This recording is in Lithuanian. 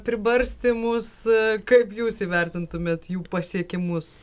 pribarstymus kaip jūs įvertintumėt jų pasiekimus